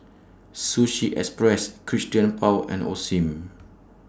Sushi Express Christian Paul and Osim